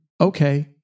okay